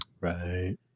Right